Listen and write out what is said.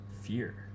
fear